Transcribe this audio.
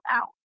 out